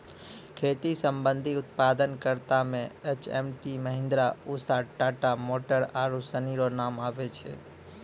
खेती संबंधी उप्तादन करता मे एच.एम.टी, महीन्द्रा, उसा, टाटा मोटर आरु सनी रो नाम आबै छै